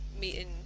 meeting